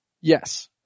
Yes